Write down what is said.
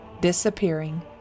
disappearing